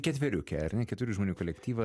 ketveriukę ar ne keturių žmonių kolektyvas